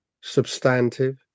substantive